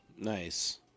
Nice